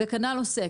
וכנ"ל עוסק.